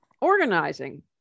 organizing